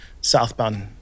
southbound